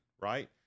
Right